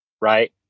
right